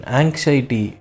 anxiety